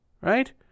right